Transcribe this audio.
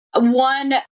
one